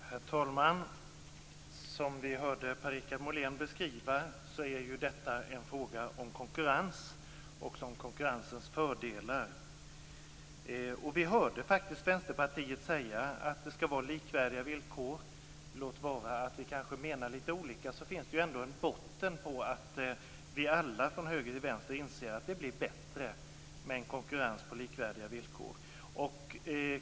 Herr talman! Som vi hörde Per-Richard Molén beskriva det är ju detta en fråga om konkurrens och konkurrensens fördelar. Vi hörde faktiskt representanten för Vänsterpartiet säga att det skall vara likvärdiga villkor. Låt vara att vi kanske menar lite olika, men det ligger ändå i botten att vi alla från höger till vänster inser att det blir bättre med en konkurrens på likvärdiga villkor.